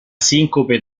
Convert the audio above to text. sincope